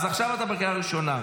אז עכשיו אתה בקריאה ראשונה.